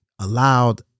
allowed